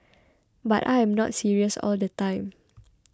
but I am not serious all the time